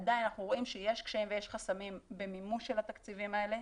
עדיין אנחנו רואים שיש קשיים ויש חסמים במימוש של התקציבים האלה,